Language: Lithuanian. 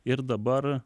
ir dabar